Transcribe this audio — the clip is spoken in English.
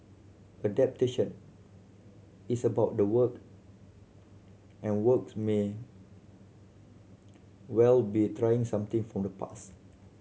adaptation is about the work and works may well be trying something from the past